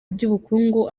by’ubukungu